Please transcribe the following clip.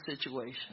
situation